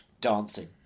dancing